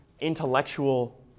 intellectual